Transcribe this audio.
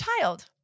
Child